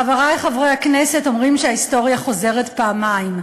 חברי חברי הכנסת, אומרים שההיסטוריה חוזרת פעמיים,